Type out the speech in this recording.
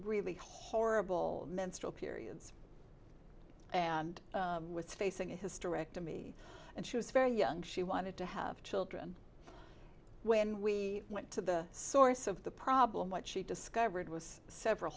really horrible menstrual periods and was facing a hysterectomy and she was very young she wanted to have children when we went to the source of the problem what she discovered was several